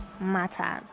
matters